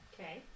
Okay